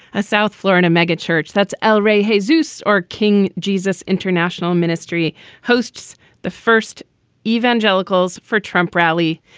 a south florida megachurch that's el rey haziness or king jesus international ministry hosts the first evangelicals for trump rally.